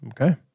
Okay